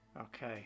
Okay